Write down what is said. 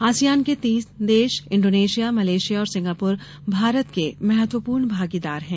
ASEAN के तीन देश इंडोनेशियामलेशिया और सिंगापुर भारत के महत्वपूर्ण भागीदार हैं